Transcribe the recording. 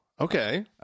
Okay